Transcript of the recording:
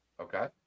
okay